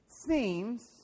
seems